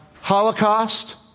Holocaust